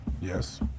Yes